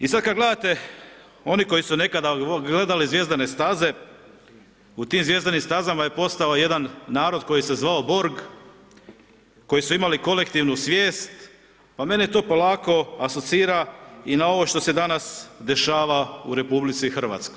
I sad kad gledate, oni koji su nekada gledali Zvjezdane staze, u tim Zvjezdanim stazama je postojao jedan narod koji se zvao Borg, koji su imali kolektivnu svijest, pa meni to polako asocira i na ovo što se danas dešava u RH.